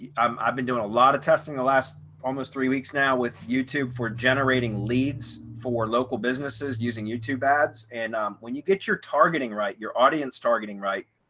um i've been doing a lot of testing the last almost three weeks now with youtube for generating leads for local businesses using youtube ads. and when you get your targeting, right, your audience targeting right,